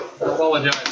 apologize